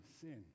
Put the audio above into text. sin